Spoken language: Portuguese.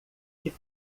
que